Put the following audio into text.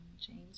James